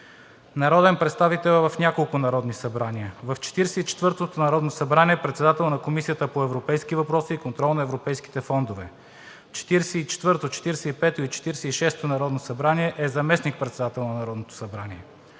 Народен представител в няколко народни събрания. В 44-тото народно събрание е председател на Комисията по европейски въпроси и контрол на европейските фондове. В 44-тото, 45-ото и 46-ото народно събрание е заместник-председател на Народното събрание.